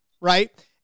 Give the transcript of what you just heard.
right